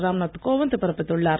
ராம் நாத் கோவிந்த் பிறப்பித்துள்ளார்